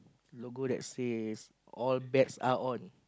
logo that says all best out on